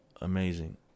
amazing